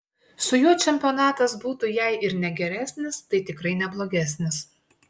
su juo čempionatas būtų jei ir ne geresnis tai tikrai ne blogesnis